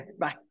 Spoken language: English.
Bye